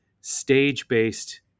stage-based